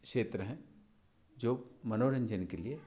क्षेत्र हैं जो मनोरंजन के लिए